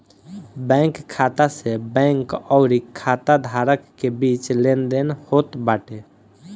bank खाता से bank अउरी खाता धारक के बीच लेनदेन होत बाटे